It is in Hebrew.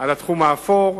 על התחום האפור,